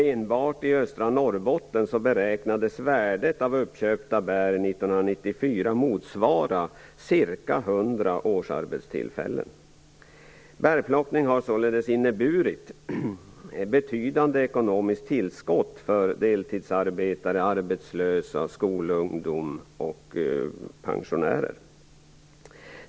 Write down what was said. Enbart i östra Norrbotten beräknades värdet av uppköpta bär 1994 motsvara ca 100 årsarbetstillfällen. Bärplockning har således inneburit ett betydande ekonomiskt tillskott för deltidsarbetare, arbetslösa, skolungdom och pensionärer.